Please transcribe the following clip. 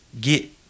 get